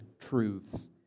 truths